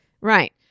Right